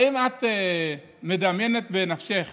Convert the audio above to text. האם את מדמיינת בנפשך